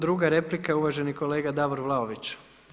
Druga replika je uvaženi kolega Davor Vlaović.